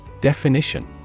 DEFINITION